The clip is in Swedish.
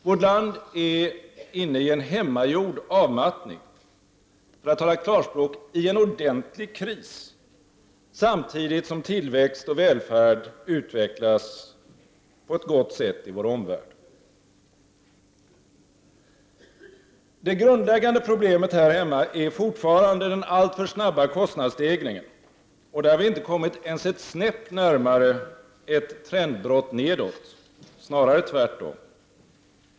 Vårt land är inne i en hemmagjord avmattning — för att tala klarspråk, i en ordentlig kris — samtidigt som tillväxt och välfärd utvecklas på ett gott sätt i vår omvärld. Det grundläggande problemet här hemma är fortfarande den alltför snabba kostnadsstegringen, och där har vi inte kommit ens ett snäpp närmare ett trendbrott nedåt, snarare tvärtom.